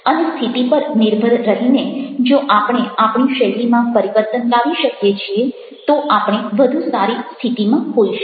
અને સ્થિતિ પર નિર્ભર રહીને જો આપણે આપણી શૈલીમાં પરિવર્તન લાવી શકીએ છીએ તો આપણે વધુ સારી સ્થિતિમાં હોઈશું